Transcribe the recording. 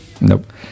Nope